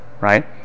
Right